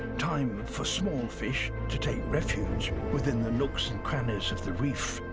time for small fish to take refuge within the nooks and crannies of the reef,